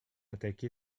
attaqué